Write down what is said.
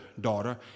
daughter